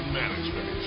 management